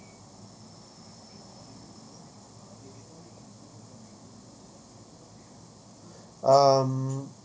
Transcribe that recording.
um